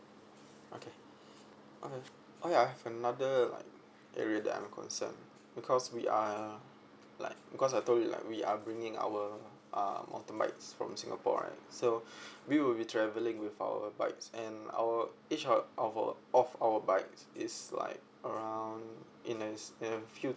okay okay okay I have another like area that I'm concerned because we are like because I told you like we are bringing our uh mountain bikes from singapore right so we will be travelling with our bikes and our each our of our of our bikes is like around in a s~ in a few